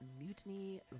Mutiny